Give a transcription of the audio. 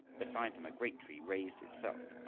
beside them a great tree raised itself,